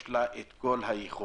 יש לה את כל היכולות